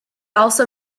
also